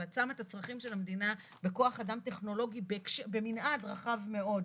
ואת שמה את הצרכים של המדינה בכוח אדם טכנולוגי במנעד רחב מאוד,